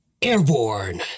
Airborne